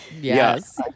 yes